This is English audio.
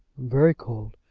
very cold.